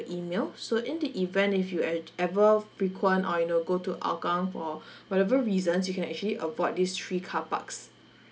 email so in the event if you at ever frequent or you know go to hougang for whatever reasons you can actually avoid these three carparks